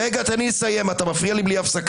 רגע, תן לי לסיים, אתה מפריע לי בלי הפסקה.